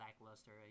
lackluster